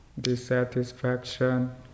dissatisfaction